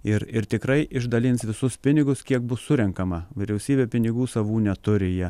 ir ir tikrai išdalins visus pinigus kiek bus surenkama vyriausybė pinigų savų neturi jie